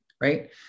right